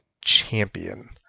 champion